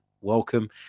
welcome